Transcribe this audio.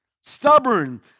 stubborn